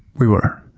we were.